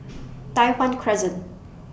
Tai Hwan Crescent